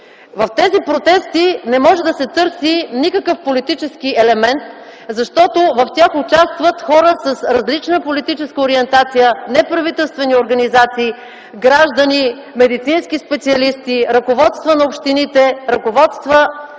В тези протести не може да се търси никакъв политически елемент, защото в тях участват хора с различна политическа ориентация, неправителствени организации, граждани, медицински специалисти, ръководства на общините, ръководства